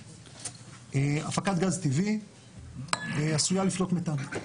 הפקת גז טבעי עשויה לפלוט מתאן.